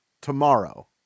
tomorrow